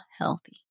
healthy